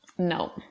no